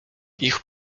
ich